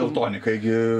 teltonikai gi